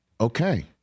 okay